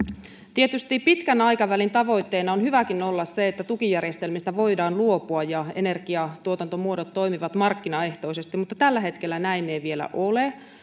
tietysti pitkän aikavälin tavoitteena on hyväkin olla se että tukijärjestelmistä voidaan luopua ja energiatuotantomuodot toimivat markkinaehtoisesti mutta tällä hetkellä näin ei vielä ole